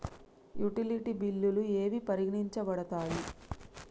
Utility బిల్లులు ఏవి పరిగణించబడతాయి?